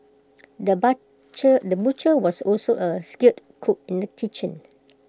the butcher the was also A skilled cook in the kitchen